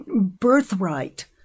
birthright